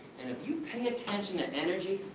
and if you pay attention to energy,